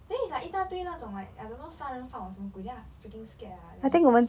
thing is like 一大堆那种 like I don't know 杀人放火什么鬼 then I freaking scared ah then